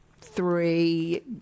three